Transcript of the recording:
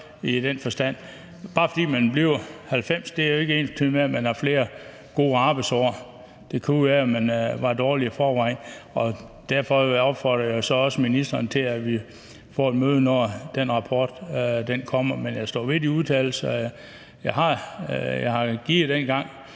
i den forstand. Men bare fordi man bliver 90 år, er det jo ikke ensbetydende med, at man har haft flere gode arbejdsår – det kunne jo være, at man var dårlig i forvejen. Og derfor vil jeg jo også opfordre ministeren til, at vi får et møde, når den rapport kommer. Men jeg står ved de udtalelser, jeg kom med dengang.